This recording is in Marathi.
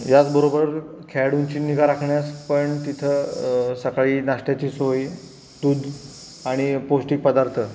याचबरोबर खेळाडूंची निगा राखण्यास पण तिथं सकाळी नाष्ट्याची सोय दूध आणि पौष्टिक पदार्थ